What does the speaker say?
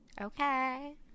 okay